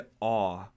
awe